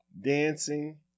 dancing